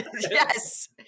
Yes